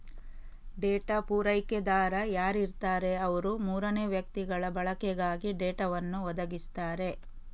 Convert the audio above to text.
data ಪೂರೈಕೆದಾರ ಯಾರಿರ್ತಾರೆ ಅವ್ರು ಮೂರನೇ ವ್ಯಕ್ತಿಗಳ ಬಳಕೆಗಾಗಿ ಡೇಟಾವನ್ನು ಒದಗಿಸ್ತಾರೆ